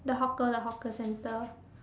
the hawker the hawker centre